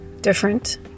different